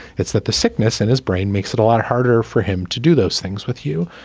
it's that the sickness in his brain makes it a lot harder for him to do those things with you.